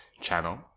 channel